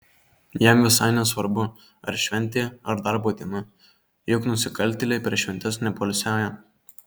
jam visai nesvarbu ar šventė ar darbo diena juk nusikaltėliai per šventes nepoilsiauja